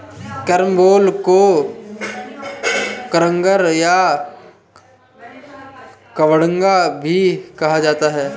carambola को कबरंगा या कबडंगा भी कहा जाता है